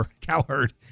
Coward